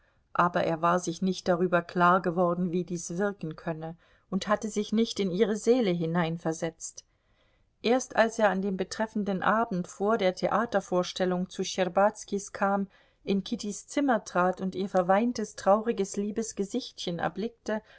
aber er war sich nicht darüber klargeworden wie dies wirken könne und hatte sich nicht in ihre seele hineinversetzt erst als er an dem betreffenden abend vor der theatervorstellung zu schtscherbazkis kam in kittys zimmer trat und ihr verweintes trauriges liebes gesichtchen erblickte